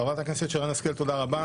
חברת הכנסת שרן השכל, תודה רבה.